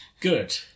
Good